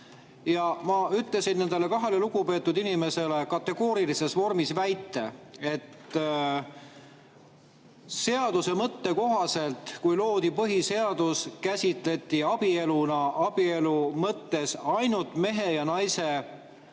Ja ma ütlesin nendele kahele lugupeetud inimesele kategoorilises vormis väite, et seaduse mõtte kohaselt, kui loodi põhiseadus, käsitleti abieluna ainult mehe ja naise